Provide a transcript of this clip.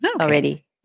Already